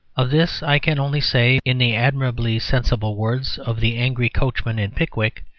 of this i can only say, in the admirably sensible words of the angry coachman in pickwick,